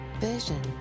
vision